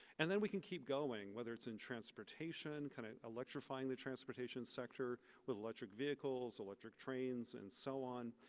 and then we can keep going, whether it's in transportation kind of electrifying the transportation sector with electric vehicles, electric trains, and so on.